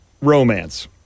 Romance